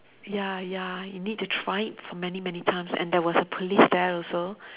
ya ya you need to try it for many many times and there was a police there also